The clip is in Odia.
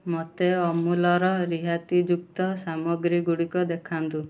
ମୋତେ ଅମୁଲର ରିହାତିଯୁକ୍ତ ସାମଗ୍ରୀ ଗୁଡ଼ିକ ଦେଖାନ୍ତୁ